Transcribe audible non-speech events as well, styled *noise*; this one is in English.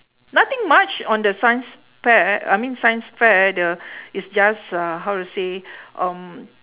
nothing much on the science pair I mean science fair the *breath* it's just uh how to say *breath* um